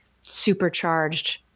supercharged